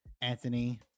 Anthony